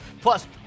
Plus